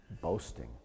boasting